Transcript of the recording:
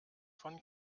von